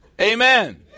amen